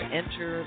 enter